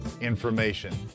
information